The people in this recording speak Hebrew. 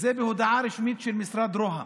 וזה בהודעה רשמית של משרד רוה"מ.